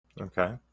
okay